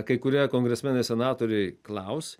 kai kurie kongresmenai senatoriai klaus